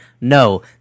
no